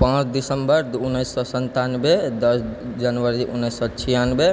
पाँच दिसम्बर दू उन्नैस सए सन्तानवे दस जनवरी उन्नैस सए छियानवे